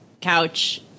couch